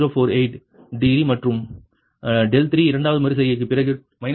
048 degree மற்றும் 3 இரண்டாவது மறு செய்கைக்குப் பிறகு 2